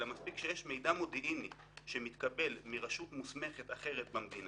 אלא מספיק שיש מידע מודיעיני שמתקבל מרשות מוסמכת אחרת במדינה.